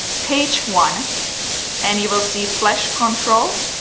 page one and you will see flash control.